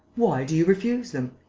why do you refuse them?